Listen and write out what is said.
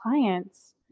clients